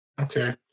Okay